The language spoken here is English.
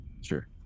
Sure